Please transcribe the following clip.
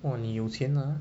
!wah! 你有钱啊